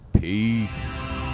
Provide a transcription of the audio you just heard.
peace